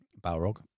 Balrog